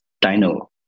dino